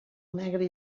negre